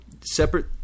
separate